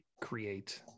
create